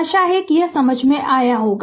आशा है कि यह समझ में आया होगा